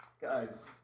Guys